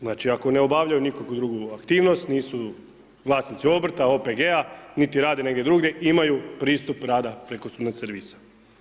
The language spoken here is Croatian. Znači ako ne obavljaju nikakvu drugu aktivnost, nisu vlasnici obrta, OPG-a niti rade negdje drugdje imaju pristup rada preko student servisa.